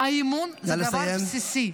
האמון הוא דבר בסיסי.